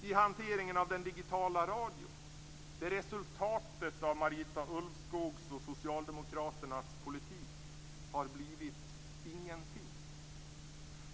I hanteringen av den digitala radion har resultatet av Marita Ulvskogs och Socialdemokraternas politik blivit ingenting.